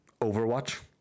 Overwatch